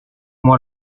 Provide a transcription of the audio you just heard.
moi